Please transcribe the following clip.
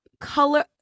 Color